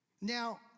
now